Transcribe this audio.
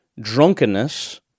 drunkenness